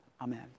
Amen